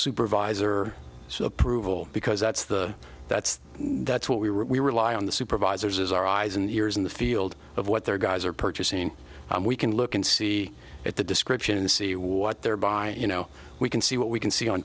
supervisor so approval because that's the that's that's what we really rely on the supervisors is our eyes and ears in the field of what their guys are purchasing and we can look and see at the description of the see what they're buying you know we can see what we can see on